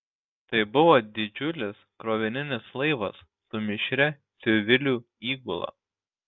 tai buvo didžiulis krovininis laivas su mišria civilių įgula